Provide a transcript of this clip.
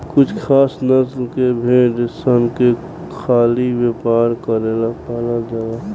कुछ खास नस्ल के भेड़ सन के खाली व्यापार करेला पालल जाला